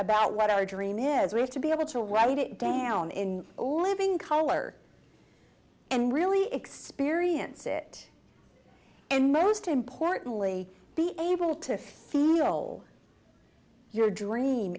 about what our dream is we have to be able to write it down in a living color and really experience it and most importantly be able to feel whole your dream